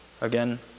Again